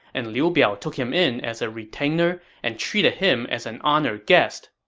and liu biao took him in as a retainer and treated him as an honored guest.